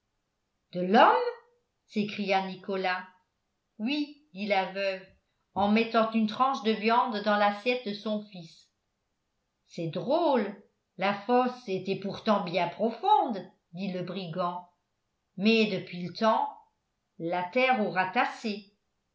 de l'homme s'écria nicolas oui dit la veuve en mettant une tranche de viande dans l'assiette de son fils c'est drôle la fosse était pourtant bien profonde dit le brigand mais depuis le temps la terre aura tassé